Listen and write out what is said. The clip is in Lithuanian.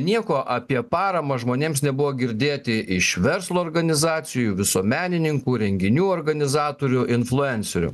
nieko apie paramą žmonėms nebuvo girdėti iš verslo organizacijų visuomenininkų renginių organizatorių influencerių